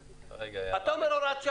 אתה אומר הוראת שעה,